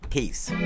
Peace